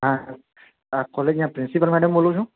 હા આપ કોલેજના પ્રિન્સિપાલ મેડમ બોલો છો